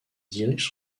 dirige